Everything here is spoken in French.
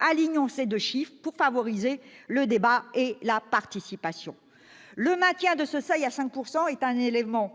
alignons ces deux chiffres pour favoriser le débat et la participation ! Le maintien du seuil de 5 % pour accéder à la